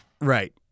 Right